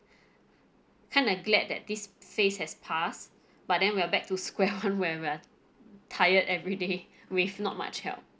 kind of glad that this phase has passed but then we are back to square one when we are tired everyday with not much help